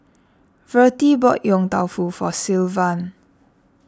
Vertie bought Yong Tau Foo for Sylvan